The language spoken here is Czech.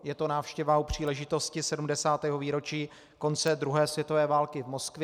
Je to návštěva u příležitosti 70. výročí konce druhé světové války v Moskvě.